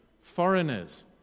foreigners